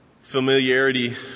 familiarity